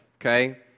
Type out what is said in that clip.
okay